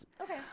Okay